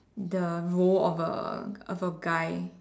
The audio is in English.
the role of a of a guy